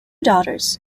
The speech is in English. daughters